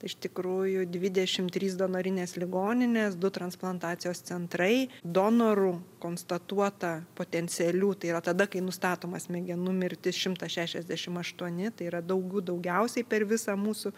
iš tikrųjų dvidešimt trys donorinės ligoninės du transplantacijos centrai donorų konstatuota potencialių tai yra tada kai nustatoma smegenų mirtis šimtas šešiasdešimt aštuoni tai yra daugių daugiausiai per visą mūsų